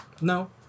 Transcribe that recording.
No